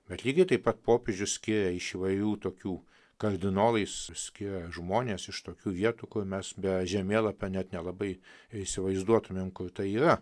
bet lygiai taip pat popiežius skiria iš įvairių tokių kardinolais visokie žmonės iš tokių vietų kur mes be žemėlapio net nelabai įsivaizduotumėm kur tai yra